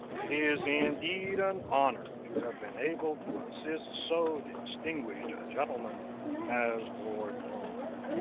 it is indeed an honour to have been able to assist so distinguished a gentleman as lord loam.